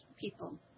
people